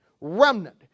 remnant